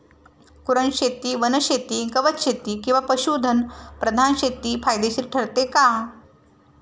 कुरणशेती, वनशेती, गवतशेती किंवा पशुधन प्रधान शेती फायदेशीर ठरते का?